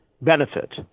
benefit